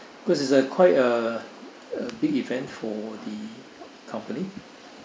cause it's a quite a a big event for the company